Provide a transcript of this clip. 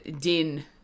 Din